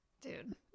Dude